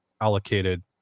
allocated